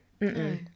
No